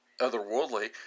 otherworldly